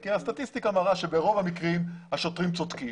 כי הסטטיסטיקה מראה שברוב המקרים השוטרים צודקים,